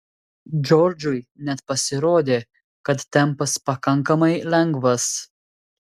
džordžui net pasirodė kad tempas pakankamai lengvas